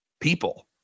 people